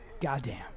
Goddamn